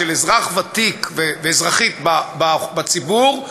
של אזרח ותיק ואזרחית ותיקה בציבור,